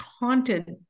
haunted